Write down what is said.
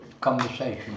conversation